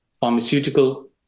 pharmaceutical